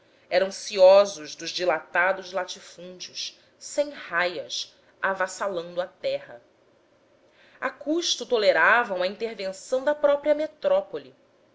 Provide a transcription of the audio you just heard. eram ciosos dos dilatados latifúndios sem raias avassalando a terra a custo toleravam a intervenção da própria metrópole